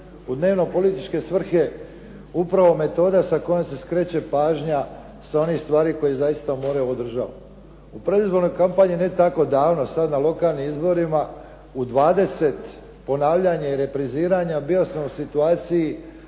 u dnevnopolitičke svrhe upravo metoda sa kojom se skreće pažnja sa onih stvari koji zaista more ovu državu. U predizbornoj kampanji ne tako davno, sad na lokalnim izborima u 20 ponavljanja i repriziranja bio sam u situaciji